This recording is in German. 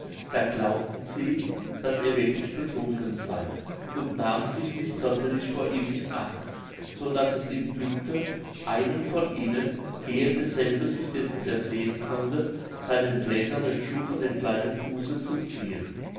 da glaubten sie daß er wirklich betrunken sey und nahmen sich nicht sonderlich vor ihm in acht so daß es ihm glückte einem von ihnen ehe derselbe sich dessen versehen konnte seinen gläsernen schuh von dem kleinen fuße zu ziehen